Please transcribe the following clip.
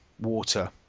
water